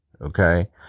Okay